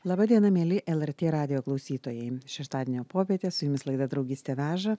laba diena mieli lrt radijo klausytojai šeštadienio popietė su jumis laida draugystė veža